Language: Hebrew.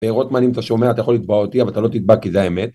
רוטמן, אם אתה שומע, אתה יכול לתבוע אותי, אבל אתה לא תתבע כי זה האמת